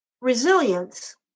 resilience